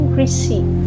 receive